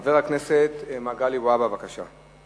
חבר הכנסת מגלי והבה, בבקשה.